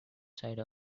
side